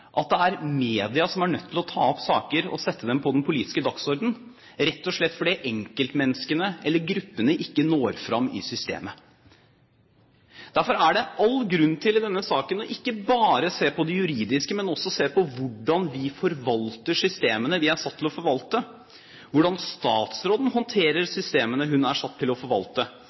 at det er media som er nødt til å ta opp saker og sette dem på den politiske dagsordenen, rett og slett fordi at enkeltmenneskene eller gruppene ikke når fram i systemet. Derfor er det all grunn til i denne saken ikke bare å se på det juridiske, men også å se på hvordan vi forvalter systemene vi er satt til å forvalte, hvordan statsråden håndterer systemene hun er satt til å forvalte,